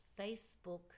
Facebook